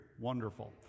wonderful